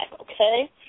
okay